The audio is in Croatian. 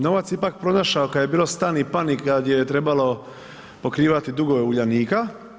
Novac je ipak pronašao kada je bilo stani pani, kada je trebalo pokrivati dugove Uljanika.